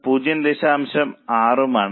6 ഉം ആണ്